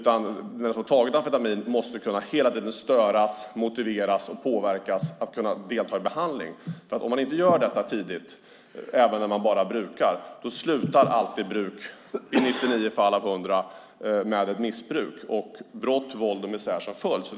Den som tar amfetamin måste hela tiden störas, motiveras och påverkas i syfte att kunna delta i behandling. Gör man inte detta redan på brukarstadiet slutar bruket i 99 fall av 100 i ett missbruk med brott, våld och misär som följd.